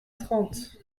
trente